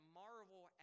marvel